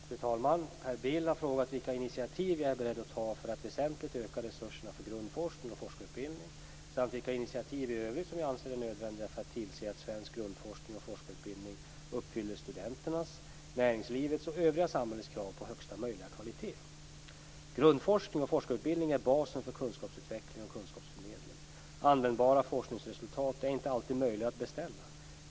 Fru talman! Per Bill har frågat vilka initiativ jag är beredd att ta för att väsentligt öka resurserna för grundforskning och forskarutbildning samt vilka initiativ i övrigt som jag anser är nödvändiga för att tillse att svensk grundforskning och forskarutbildning uppfyller studenternas, näringslivets och det övriga samhällets krav på högsta möjliga kvalitet. Grundforskning och forskarutbildning är basen för kunskapsutveckling och kunskapsförmedling. Användbara forskningsresultat är inte alltid möjliga att beställa.